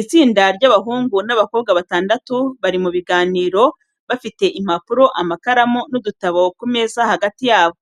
Itsinda ry’abahungu n'abakobwa batandatu, bari mu biganiro bafite impapuro, amakaramu, n’udutabo ku meza hagati yabo.